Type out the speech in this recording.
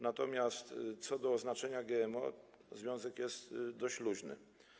Natomiast co do oznaczenia GMO związek jest dość luźny.